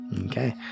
Okay